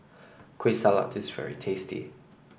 Kueh Salat is very tasty